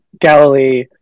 Galilee